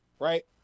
Right